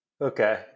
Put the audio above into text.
Okay